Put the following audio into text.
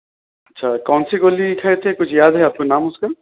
اچھا کون سی گولی کھائے تھے کچھ یاد ہے آپ کو نام اس کا